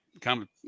comment